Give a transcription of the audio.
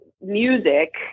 music